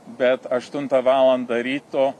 bet aštuntą valandą ryto